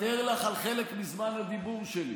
לוותר לך על חלק מזמן הדיבור שלי